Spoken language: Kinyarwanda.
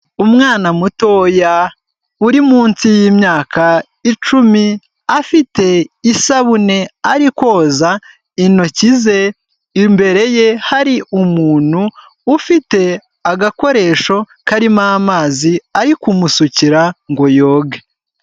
Umwana mutoya uri munsi y'imyaka icumi, afite isabune, ariko koza intoki ze, imbere ye hari umuntu ufite agakoresho karimo amazi, ari kumusukira ngo yoge.